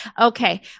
okay